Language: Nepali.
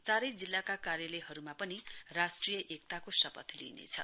चारै जिल्लाका कार्यालयहरुमा पनि राष्ट्रिय एकताको शपथ लिइनेछ